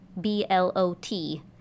B-L-O-T